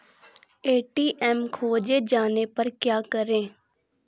ATM खोजे जाने पर क्या करें?